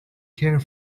care